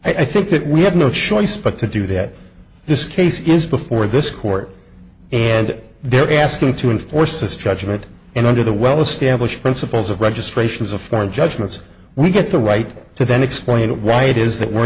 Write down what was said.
that i think that we have no choice but to do that this case is before this court and they're asking to enforce this judgment and under the well established principles of registrations of foreign judgments we get the right to then explain why it is that we're